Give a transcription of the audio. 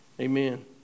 amen